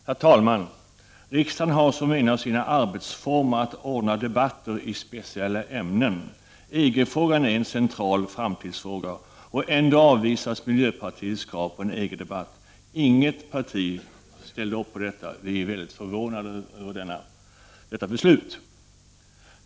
Herr talman! Riksdagen har som en av sina arbetsformer att ordna debatter i speciella ämnen. EG-frågan är en central framtidsfråga. Och ändå avvisas miljöpartiets krav på en EG-debatt. Inget parti ställde upp på detta. Vi blev väldigt förvånade över detta beslut.